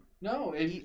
No